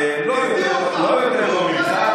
לא יותר ממך,